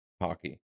hockey